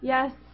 Yes